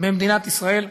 במדינת ישראל,